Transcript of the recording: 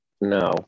No